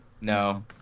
No